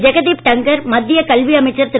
ஜெகதீப் டங்கர் மத்திய கல்வி அமைச்சர் திரு